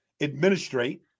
administrate